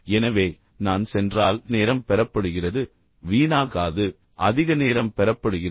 எனவே நான் சென்றால் நேரம் பெறப்படுகிறது வீணாகாது அதிக நேரம் பெறப்படுகிறது